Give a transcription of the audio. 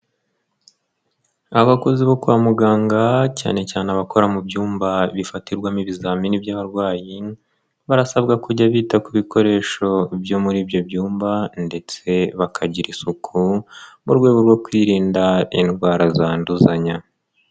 Abakozi bo kwa muganga cyane cyane abakora mu byumba bifatirwamo ibizamini by'abarwayi barasabwa kujya bita ku bikoresho byo muri ibyo byumba ndetse bakagira isuku mu rwego rwo kwirinda indwara zanduzanya.